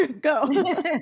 go